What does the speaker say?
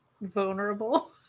vulnerable